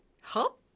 Help